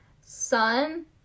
Sun